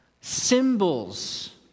Symbols